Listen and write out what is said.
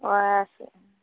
वएह